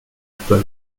paul